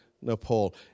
Nepal